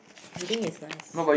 reading is nice